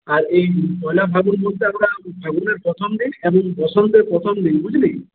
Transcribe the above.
আর এই পয়লা ফাগুন বলতে ফাগুনের প্রথম দিন এবং বসন্তের প্রথম দিন বুঝলি